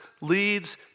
leads